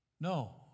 No